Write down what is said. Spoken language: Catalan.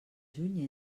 juny